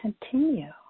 continue